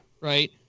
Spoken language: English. right